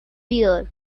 beers